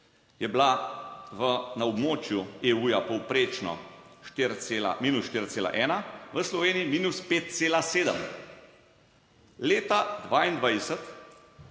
je bila v na območju EU, povprečno minus 4,1, v Sloveniji minus 5,7. Leta 2022